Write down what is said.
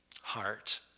heart